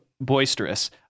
boisterous